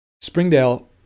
Springdale